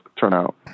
turnout